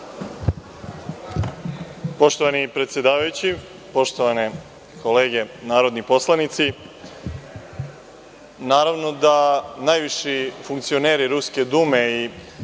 Poštovani predsedavajući, poštovane kolege narodni poslanici, naravno da najviši funkcioneri Ruske Dume i